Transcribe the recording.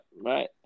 Right